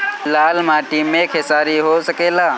लाल माटी मे खेसारी हो सकेला?